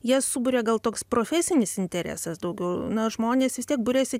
jas suburia gal toks profesinis interesas daugiau na žmonės vis tiek buriasi